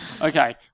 Okay